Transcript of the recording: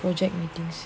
project meetings